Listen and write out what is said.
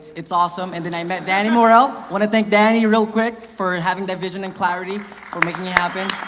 it's awesome and then i met danny morel. wanna thank danny real quick for having that vision and clarity for making it happen.